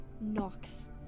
knocks